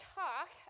talk